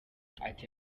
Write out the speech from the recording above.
ati